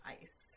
ice